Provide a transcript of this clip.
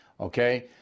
Okay